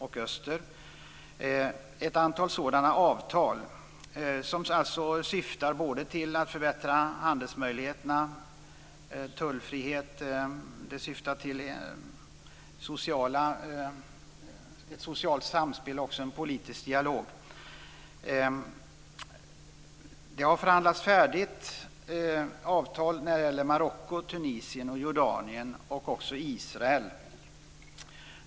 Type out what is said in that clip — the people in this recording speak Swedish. Dessa avtal syftar till både förbättrade handelsmöjligheter genom bl.a. tullfrihet, ett socialt samspel och en politisk dialog. Det har förhandlats färdigt avtal när det gäller Marocko, Tunisien och Jordanien samt Israel.